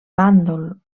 bàndol